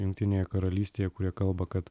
jungtinėje karalystėje kurie kalba kad